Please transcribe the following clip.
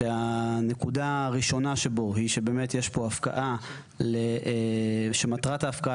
שהנקודה הראשונה שבו היא שבאמת יש פה הפקעה שמטרת ההפקעה